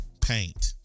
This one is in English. paint